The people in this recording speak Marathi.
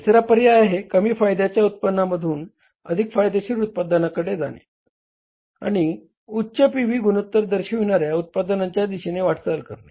तिसरा पर्याय आहे कमी फायद्याच्या उत्पादनांमधून अधिक फायदेशीर उत्पादनांकडे जाणे आणि उच्च पी व्ही गुणोत्तर दर्शविणार्या उत्पादनांच्या दिशेने वाटचाल करणे